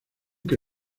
que